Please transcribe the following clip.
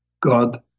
God